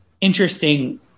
interesting